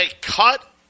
cut